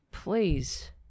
please